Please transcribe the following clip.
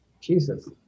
Jesus